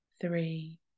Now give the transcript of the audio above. three